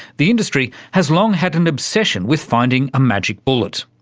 the industry has long had an obsession with finding a magic bullet.